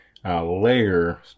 Layer